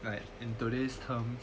like in today's terms